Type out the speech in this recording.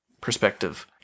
perspective